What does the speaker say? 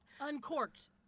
Uncorked